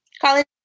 college